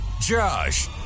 Josh